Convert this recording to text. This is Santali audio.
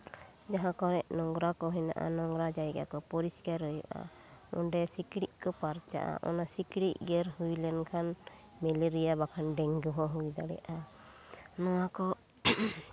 ᱡᱟᱦᱟᱸ ᱠᱚᱨᱮᱫ ᱱᱚᱝᱨᱟ ᱠᱚ ᱦᱮᱱᱟᱜᱼᱟ ᱱᱚᱝᱨᱟ ᱡᱟᱭᱜᱟ ᱠᱚ ᱯᱚᱨᱤᱥᱠᱟᱨ ᱦᱩᱭᱩᱜᱼᱟ ᱚᱸᱰᱮ ᱥᱤᱠᱲᱤᱡ ᱠᱚ ᱯᱟᱨᱪᱟᱜᱼᱟ ᱚᱱᱟ ᱥᱤᱠᱲᱤᱪ ᱜᱮᱨ ᱦᱩᱭ ᱞᱮᱱᱠᱷᱟᱱ ᱢᱮᱞᱮᱨᱤᱭᱟ ᱵᱟᱝᱠᱷᱟᱱ ᱰᱮᱝᱜᱩ ᱦᱚᱸ ᱦᱩᱭ ᱫᱟᱲᱮᱭᱟᱜᱼᱟ ᱱᱚᱣᱟ ᱠᱚ